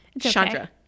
Chandra